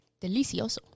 Delicioso